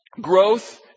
growth